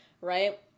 right